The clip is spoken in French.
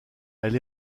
elle